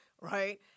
right